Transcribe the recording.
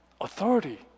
authority